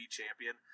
champion